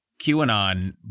QAnon